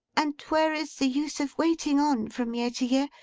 and where is the use of waiting on from year to year,